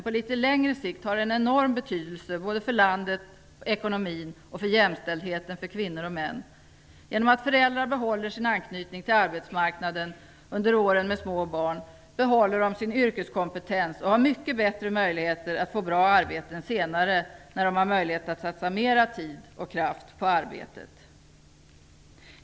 På litet längre sikt har det en enorm betydelse både för landet, ekonomin och för jämställdheten för kvinnor och män. Genom att föräldrar behåller sin anknytning till arbetsmarknaden under åren med små barn behåller de sin yrkeskompetens och har mycket bättre möjligheter att få bra arbeten senare när de har möjlighet att satsa mera tid och kraft på arbetet.